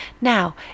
Now